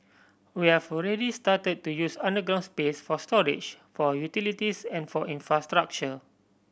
we're started to use underground space for storage for utilities and for infrastructure